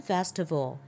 Festival